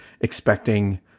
expecting